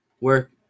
work